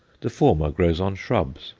the former grows on shrubs,